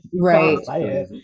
right